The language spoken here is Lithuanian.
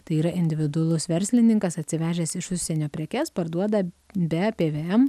tai yra individualus verslininkas atsivežęs iš užsienio prekes parduoda be pvm